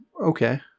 okay